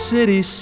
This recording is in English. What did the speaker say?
City